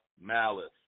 Malice